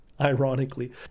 ironically